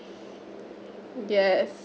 yes